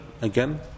again